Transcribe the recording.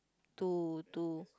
to to